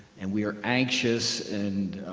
and we are anxious and